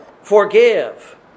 forgive